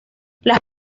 las